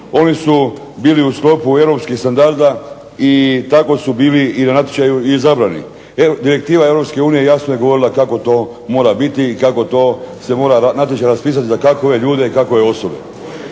Oni su bili u sklopu europskih standarda i tako su bili na natječaju izabrani. Direktiva EU jasno je govorila kako to mora biti i kako se taj natječaj mora raspisati za kakve ljude i kakve osobe.